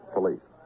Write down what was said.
Police